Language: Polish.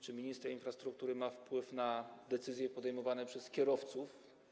Czy minister infrastruktury ma wpływ na decyzje podejmowane przez kierowców?